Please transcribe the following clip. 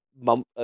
month